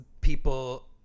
people